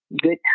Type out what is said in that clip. good